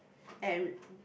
and